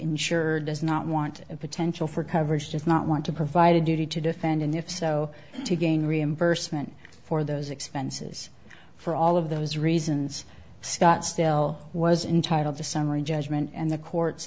insurer does not want a potential for coverage does not want to provide a duty to defend him if so to gain reimbursement for those expenses for all of those reasons scott still was entitled to summary judgment and the court's